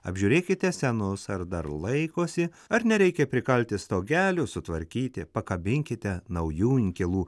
apžiūrėkite senus ar dar laikosi ar nereikia prikalti stogelių sutvarkyti pakabinkite naujų inkilų